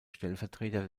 stellvertreter